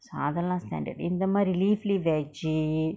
so அதலா:athala standard இந்தமாரி:indthamari leafy veggie